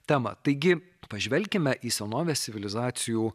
temą taigi pažvelkime į senovės civilizacijų